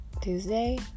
Tuesday